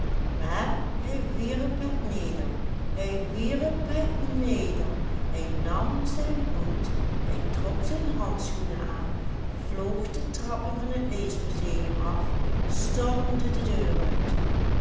maar hij wierp het neder hij wierp het neder hij nam zijn hoed hij trok zijn handschoenen aan vloog de trappen van het leesmuseum af stormde de deur uit